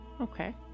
Okay